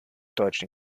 deutsch